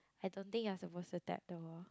I don't think you are supposed to tap the wall